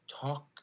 talk